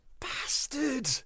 Bastard